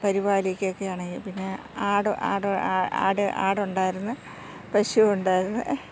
പരിപാലിക്കുകയൊക്കെ ആണെങ്കിൽ പിന്നെ ആട് ആടുണ്ടായിരുന്നു പശു ഉണ്ടായിരുന്നു